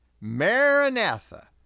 Maranatha